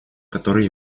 которой